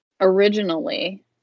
originally